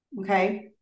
okay